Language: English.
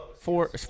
four